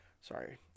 Sorry